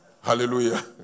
Hallelujah